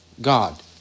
God